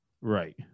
Right